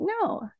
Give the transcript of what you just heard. no